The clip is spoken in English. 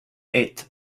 eighth